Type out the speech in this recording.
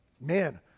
man